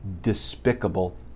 despicable